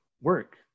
work